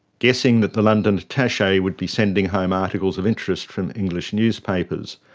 guessing that the london attache would be sending home articles of interest from english newspapers,